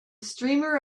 streamer